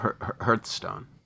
Hearthstone